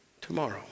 tomorrow